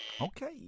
Okay